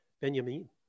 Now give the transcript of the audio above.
Benjamin